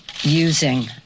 Using